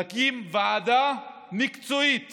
להקים ועדה מקצועית